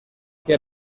que